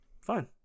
Fine